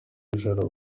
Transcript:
nijoro